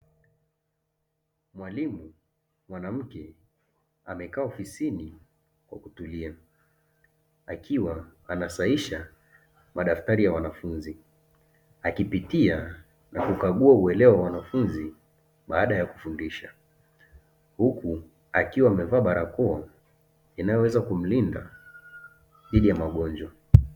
Mwalimu mwanamke amekaa ofisini kwa kutulia akiwa anasahisha madaftari ya wanafunzi, akipitia na kukagua uelewa wa wanafunzi baada ya kufundisha huku akiwa amevaa barakoa inayoweza kumlinda dhidi ya magonjwa.